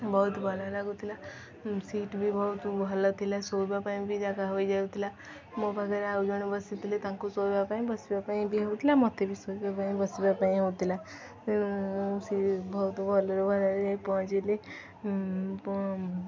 ବହୁତ ଭଲ ଲାଗୁଥିଲା ସିଟ୍ ବି ବହୁତ ଭଲ ଥିଲା ଶୋଇବା ପାଇଁ ବି ଜାଗା ହୋଇଯାଉଥିଲା ମୋ ପାଖରେ ଆଉ ଜଣେ ବସିଥିଲେ ତାଙ୍କୁ ଶୋଇବା ପାଇଁ ବସିବା ପାଇଁ ବି ହଉଥିଲା ମତେ ବି ଶୋଇବା ପାଇଁ ବସିବା ପାଇଁ ହଉଥିଲା ସେ ବହୁତ ଭଲରୁ ଭଲରେ ଯାଇ ପହଞ୍ଚିଲି